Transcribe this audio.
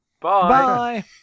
Bye